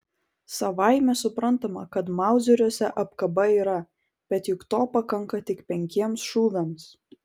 savaime suprantama kad mauzeriuose apkaba yra bet juk to pakanka tik penkiems šūviams